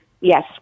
Yes